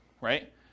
right